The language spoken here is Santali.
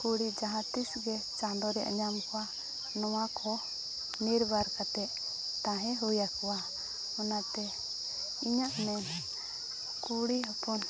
ᱠᱩᱲᱤ ᱡᱟᱦᱟᱸᱛᱤᱥᱜᱮ ᱪᱟᱸᱫᱳ ᱨᱮᱭᱟᱜ ᱧᱟᱢ ᱠᱚᱣᱟ ᱱᱚᱣᱟ ᱠᱚ ᱱᱤᱨᱵᱟᱨ ᱠᱟᱛᱮᱫ ᱛᱟᱦᱮᱸ ᱦᱩᱭ ᱟᱠᱚᱣᱟ ᱚᱱᱟᱛᱮ ᱤᱧᱟᱹᱜ ᱢᱮᱱ ᱠᱩᱲᱤ ᱦᱚᱯᱚᱱ